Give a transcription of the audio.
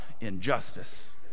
injustice